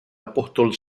apóstol